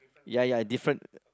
ya ya different